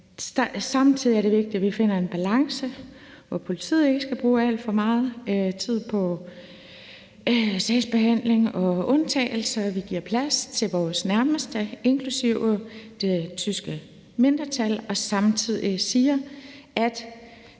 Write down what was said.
Samtidig er det vigtigt, at vi finder en balance, hvor politiet ikke skal bruge alt for meget tid på sagsbehandling og undtagelser, og hvor vi giver plads til vores nærmeste, inklusive det tyske mindretal, og samtidig siger, at